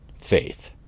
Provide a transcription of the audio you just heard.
faith